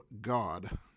God